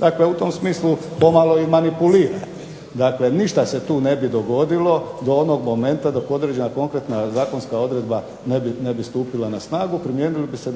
Dakle, u tom smislu pomalo i manipulirate. Dakle, ništa se tu ne bi dogodilo do onog momenta dok određena konkretna zakonska odredba ne bi stupila na snagu, primijenile bi se